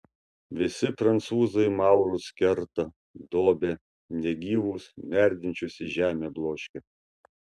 visi prancūzai maurus kerta dobia negyvus merdinčius į žemę bloškia